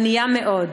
ענייה מאוד.